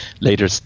later